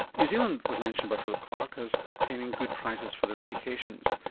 new zealand was mentioned by philip clarke as obtaining good prices for their medications.